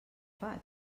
faig